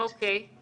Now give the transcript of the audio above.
הנקודה ברורה.